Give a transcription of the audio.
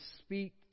speak